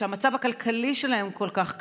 ושהמצב הכלכלי שלהם כל כך קשה,